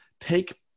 take